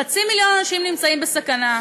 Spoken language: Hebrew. חצי מיליון אנשים נמצאים בסכנה.